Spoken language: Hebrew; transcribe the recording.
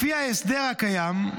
לפי ההסדר הקיים,